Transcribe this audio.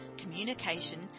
communication